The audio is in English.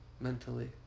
mentally